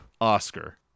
Oscar